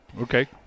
Okay